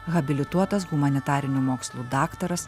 habilituotas humanitarinių mokslų daktaras